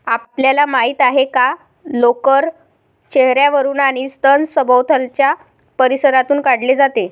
आपल्याला माहित आहे का लोकर चेहर्यावरून आणि स्तन सभोवतालच्या परिसरातून काढले जाते